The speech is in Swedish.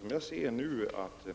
Herr talman! De risker som